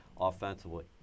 offensively